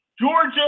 Georgia